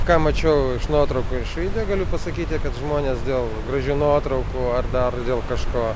ką mačiau nuotraukų ir iš video galiu pasakyti kad žmonės dėl gražių nuotraukų ar dar dėl kažko